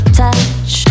touch